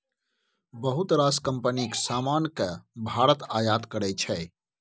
बहुत रास कंपनीक समान केँ भारत आयात करै छै